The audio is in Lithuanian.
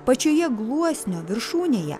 pačioje gluosnio viršūnėje